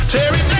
Terry